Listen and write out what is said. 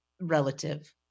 relative